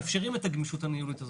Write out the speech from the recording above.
שמאפשרים את הגמישות הניהולית הזאת.